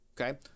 okay